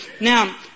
Now